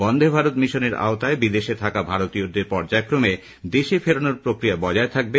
বন্ধে ভারত মিশনের আওতায় বিদেশে থাকা ভারতীয়দের পর্যায়ক্রমে দেশে ফেরানোর প্রক্রিয়া বজায় থাকবে